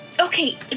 Okay